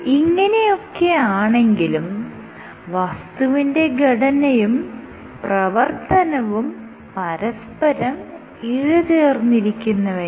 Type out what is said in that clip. ഇങ്ങനെ ഒക്കെയാണെങ്കിലും വസ്തുവിന്റെ ഘടനയും പ്രവർത്തനവും പരസ്പരം ഇഴചേർന്നിരിക്കുന്നവയാണ്